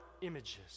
images